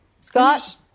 Scott